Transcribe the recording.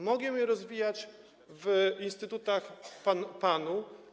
Mogą je rozwijać w instytutach PAN-u.